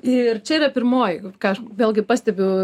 ir čia yra pirmoji ką aš vėlgi pastebiu